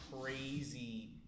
crazy